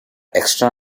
extra